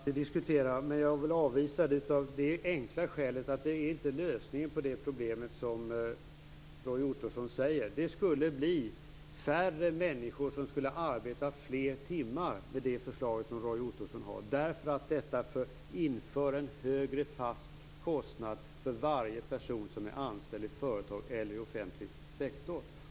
Fru talman! Visst kan vi diskutera, men jag vill avvisa detta av det enkla skälet att det inte är lösningen på det problem som Roy Ottosson tar upp. Roy Ottossons förslag skulle leda till att färre människor arbetade fler timmar, eftersom detta medför en högre fast kostnad för varje person som är anställd i ett företag eller i offentlig sektor.